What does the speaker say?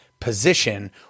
position